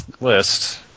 List